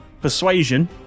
Persuasion